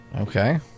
Okay